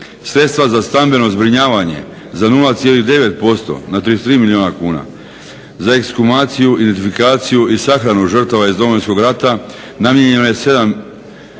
Sredstva za stambeno zbrinjavanje za 0,9% na 33 milijuna kuna, za ekshumaciju i identifikaciju i sahranu žrtava iz Domovinskog rata namijenjeno je 7